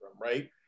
right